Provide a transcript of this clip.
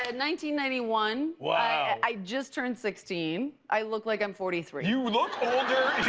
and ninety ninety one. wow. i just turned sixteen. i look like i'm forty three. you look older